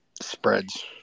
spreads